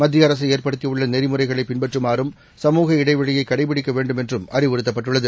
மத்திய அரசு ஏற்படுத்தியுள்ள நெறிமுறைகளைப் பின்பற்றுமாறும் சமுக இடைவெளியை கடைபிடிக்கவேண்டும் என்றும் அறிவுறுத்தப்பட்டுள்ளது